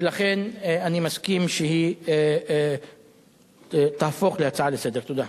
ולכן אני מסכים שהיא תהפוך להצעה לסדר-היום.